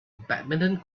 badminton